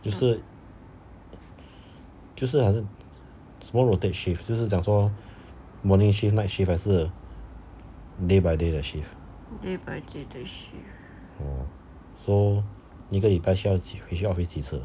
就是就是好像是什么 rotate shift 就是讲说 morning shift night shift 还是 day by day the shift oh so 你一个礼拜需要几需要回几次